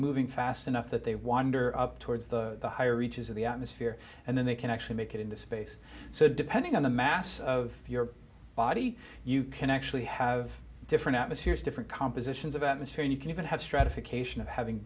moving fast enough that they wander up towards the higher reaches of the atmosphere and then they can actually make it into space so depending on the mass of your body you can actually have different atmospheres different compositions about misfiring you can even have stratification of having